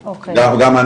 צבא כשהוא בא לעזור,